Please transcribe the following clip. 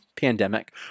pandemic